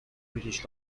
british